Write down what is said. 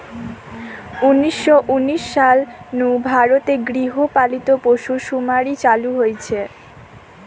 উনিশ শ উনিশ সাল নু ভারত রে গৃহ পালিত পশুসুমারি চালু হইচে